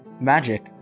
magic